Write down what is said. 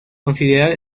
considerar